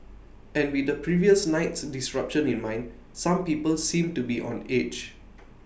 and with the previous night's disruption in mind some people seemed to be on edge